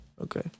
Okay